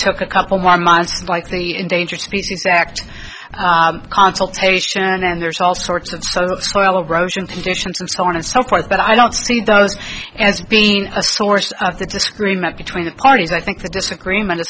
took a couple more months like the endangered species act consultation and there's all sorts of soil erosion traditions and so on and so forth but i don't see those as being a source of the disagreement between the parties i think the disagreement is